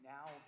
Now